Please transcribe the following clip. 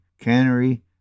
Cannery